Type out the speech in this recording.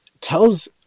Tells